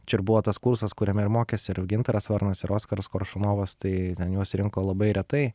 čia ir buvo tas kursas kuriame ir mokėsi ir gintaras varnas ir oskaras koršunovas tai ten juos rinko labai retai